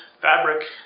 fabric